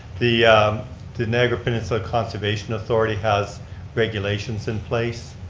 the the niagara peninsula conservation authority has regulations in place.